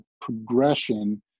progression